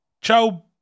Ciao